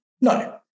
No